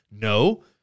No